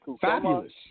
Fabulous